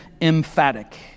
emphatic